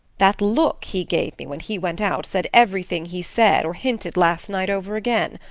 that look he gave me when he went out said everything he said or hinted last night over again.